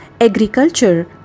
agriculture